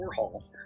warhol